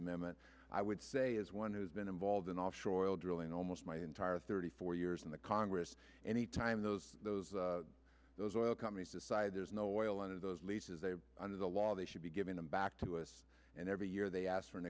amendment i would say is one who's been involved in offshore oil drilling almost my entire thirty four years in the congress any time those those those oil companies decide there's no oil under those leases they are under the law they should be giving them back to us and every year they ask for an